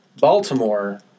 Baltimore